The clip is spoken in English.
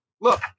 look